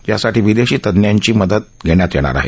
यासाठी विदेशी तंज्ज्ञांची मदत घेण्यात येणार आहे